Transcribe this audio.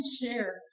share